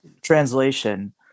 Translation